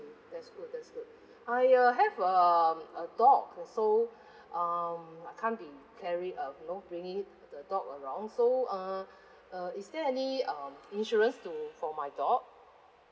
that's good that's good I uh have um a dog also um it can't be carrying you know bringing it the dog along so uh uh is there any um insurance to for my dog